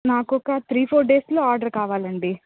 నాకొక three four డేస్లో order కావాలండి